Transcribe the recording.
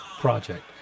project